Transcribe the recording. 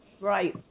Right